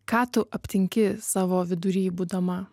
ką tu aptinki savo vidury būdama